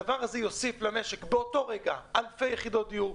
הדבר הזה יוסיף למשק באותו רגע אלפי יחידות דיור.